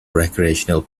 recreational